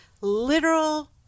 literal